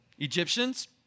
Egyptians